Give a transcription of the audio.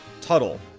Tuttle